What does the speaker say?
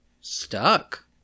stuck